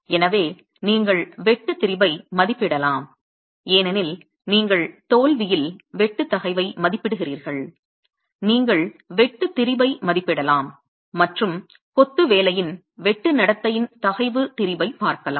எனவே நீங்கள் வெட்டு திரிபை மதிப்பிடலாம் ஏனெனில் நீங்கள் தோல்வியில் வெட்டு தகைவை மதிப்பிடுகிறீர்கள் நீங்கள் வெட்டு திரிபை மதிப்பிடலாம் மற்றும் கொத்து வேலையின் வெட்டு நடத்தையின் தகைவு திரிபை பார்க்கலாம்